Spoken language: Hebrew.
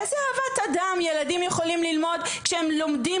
איזה אהבת אדם יכולים הילדים ללמוד כשהם צריכים,